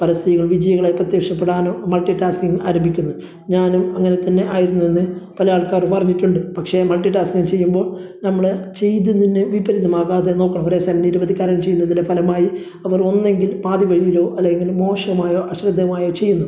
പല സ്ത്രീകളും വിജയികളായി പ്രത്യക്ഷപ്പെടാനും മൾട്ടിടാസ്ക്കിങ് ആരംഭിക്കുന്നത് ഞാനും അങ്ങനെ തന്നെ ആയിരുന്നുവെന്ന് പല ആൾക്കാരും പറഞ്ഞിട്ടുണ്ട് പക്ഷേ മൾട്ടിടാസ്ക്കിങ് ചെയ്യുമ്പോൾ നമ്മൾ ചെയ്തു മുന്നെ വിപരീതമാകാതെ നോക്കണം ഒരു ദിവസം ഇരുപത് കാര്യങ്ങൾ ചെയ്യുന്നതിൻ്റെ ഫലമായി അവരൊന്നെങ്കിലും പാതി വഴിയിലോ അല്ലെങ്കിൽ മോശമായോ അശ്രദ്ധമായോ ചെയ്യുന്നു